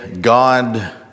God